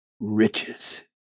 riches